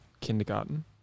kindergarten